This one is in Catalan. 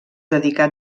dedicà